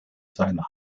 seiner